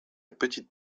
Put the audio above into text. petite